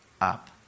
up